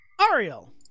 Ariel